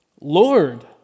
Lord